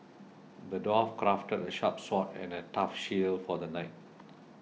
the dwarf crafted a sharp sword and a tough shield for the knight